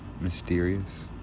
mysterious